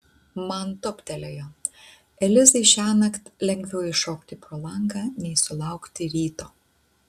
man toptelėjo elizai šiąnakt lengviau iššokti pro langą nei sulaukti ryto